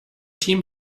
team